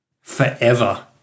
Forever